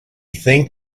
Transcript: think